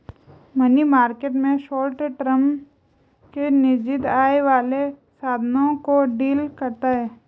money market में short term के निश्चित आय वाले साधनों को डील करता है